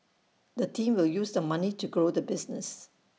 the team will use the money to grow the business